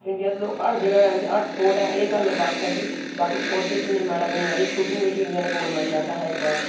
India दे लोग हर जगह हैन हर स्पोर्ट ऐ एह् गल्ल बक्ख ऐ कि बाकी स्पोर्ट्स बिच्च इन्ने मेडल नी आए दे शूटिंग बिच इंडिया ने गोल्ड मेडल लैता हा इक बार